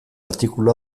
artikulu